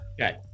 Okay